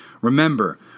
Remember